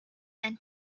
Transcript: and